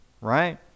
right